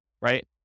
right